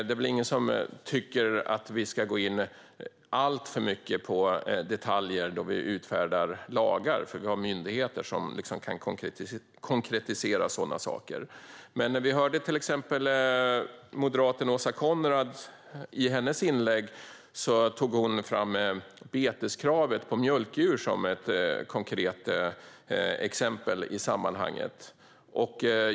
Det är väl ingen som tycker att vi ska gå in alltför mycket på detaljer när vi utfärdar lagar, för vi har myndigheter som kan konkretisera sådana saker. Men vi hörde till exempel moderaten Åsa Coenraads, som i sitt inlägg tog upp beteskravet för mjölkdjur som ett konkret exempel i sammanhanget.